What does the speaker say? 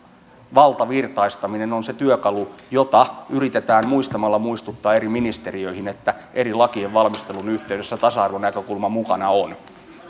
valtavirtaistaminen on se työkalu josta yritetään muistamalla muistuttaa eri ministeriöihin että eri lakien valmistelun yhteydessä tasa arvonäkökulma mukana on